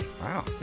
Wow